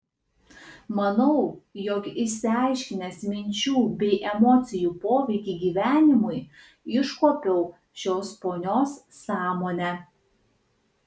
manau jog išaiškinęs minčių bei emocijų poveikį gyvenimui iškuopiau šios ponios sąmonę